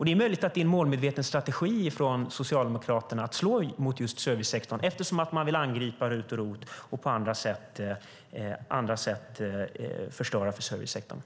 Det är möjligt att det är en målmedveten strategi från Socialdemokraterna att slå mot just servicesektorn eftersom man vill angripa RUT och ROT och på andra sätt förstöra för servicesektorn.